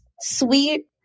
sweet